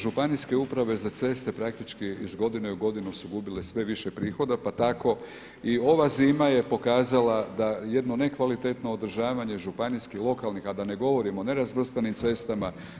Županijske uprave za ceste praktički iz godine u godinu su gubile sve više prihoda pa tako i ova zima je pokazala da jedno nekvalitetno održavanje županijskih, lokalnih, a da ne govorim o nerazvrstanim cestama.